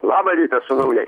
labą rytą su naujais